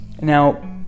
now